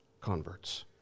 converts